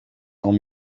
cent